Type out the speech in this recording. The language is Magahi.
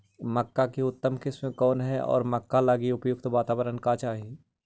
मक्का की उतम किस्म कौन है और मक्का लागि उपयुक्त बाताबरण का चाही?